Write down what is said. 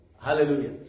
Hallelujah